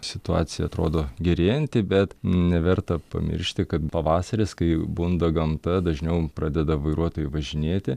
situacija atrodo gerėjanti bet neverta pamiršti kad pavasaris kai bunda gamta dažniau pradeda vairuotojai važinėti